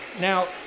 Now